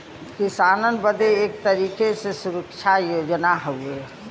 किसानन बदे एक तरीके के सुरक्षा योजना हउवे